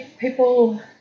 People